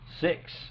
Six